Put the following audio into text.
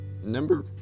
number